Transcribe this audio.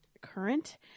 current